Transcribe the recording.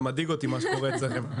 זה מדאיג אותי מה שקורה אצלכם.